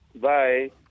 Bye